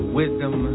wisdom